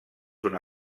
una